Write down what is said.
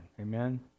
Amen